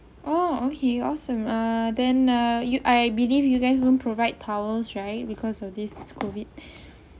oh okay awesome uh then uh you I believe you guys won't provide towels right because of this COVID